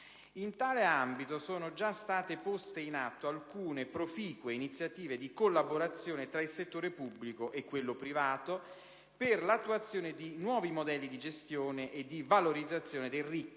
In tale ambito sono già state poste in atto alcune profìcue iniziative di collaborazione tra il settore pubblico e quello privato per l'attuazione di nuovi modelli di gestione e di valorizzazione del ricco